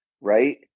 right